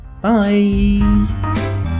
bye